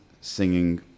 singing